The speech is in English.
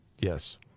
Yes